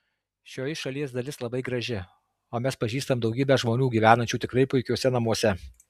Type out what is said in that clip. šioji šalies dalis labai graži o mes pažįstam daugybę žmonių gyvenančių tikrai puikiuose namuose